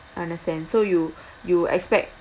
understand so you you expect